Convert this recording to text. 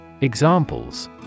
Examples